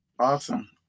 Awesome